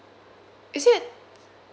is it